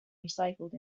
recycled